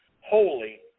holy